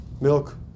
milk